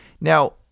Now